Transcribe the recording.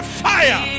fire